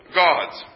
gods